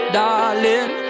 darling